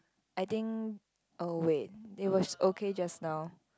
I think oh wait it was okay just now